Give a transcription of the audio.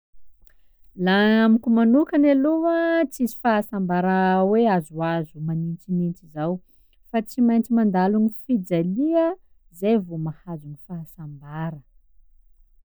Laha amiko manokany aloha, tsisy fahasambara hoe azoazo manintsinintsy zao fa tsy maintsy mandalo amy fijalia zay vô mahazo fahasambara.